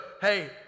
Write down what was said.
Hey